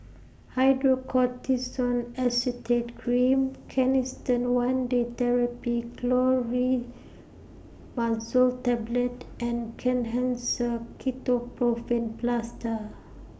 Hydrocortisone Acetate Cream Canesten one Day Therapy Clotrimazole Tablet and Kenhancer Ketoprofen Plaster